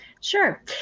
Sure